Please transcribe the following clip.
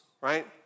right